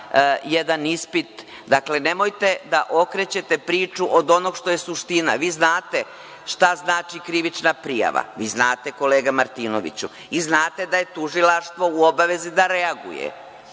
jedan ispit. Dakle, nemojte da okrećete priču od onoga što je suština. Vi znate šta znači krivična prijava, vi znate, kolega Martinoviću, i znate da je tužilaštvo u obavezi da reaguje.